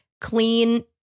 clean